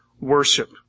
worship